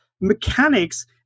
mechanics